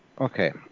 Okay